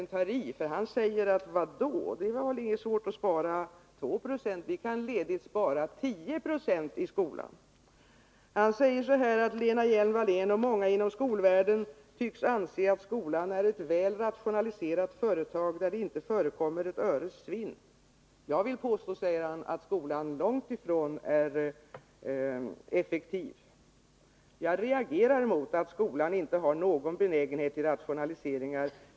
Han tar verkligen i, för han säger ungefär: Vad då? Det är väl inte svårt att spara 2 26 i skolan, vi kan ledigt spara 10 90. Ola Skoglund säger också: ”Lena Hjelm-Wallén och många inom skolvärlden tycks anse att skolan är ett väl rationaliserat företag, där det inte förekommer ett öres svinn. Jag vill påstå att skolan är långt ifrån effektiv ———.” Litet längre fram i artikeln står det: ”Jag reagerar mot att skolan inte har någon benägenhet till rationaliseringar.